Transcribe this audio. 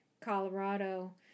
Colorado